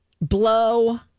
Blow